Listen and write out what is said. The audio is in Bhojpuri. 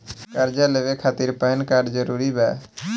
कर्जा लेवे खातिर पैन कार्ड जरूरी बा?